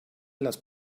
las